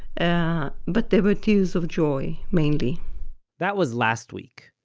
and but they were tears of joy, mainly that was last week,